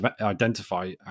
identify